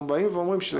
אנחנו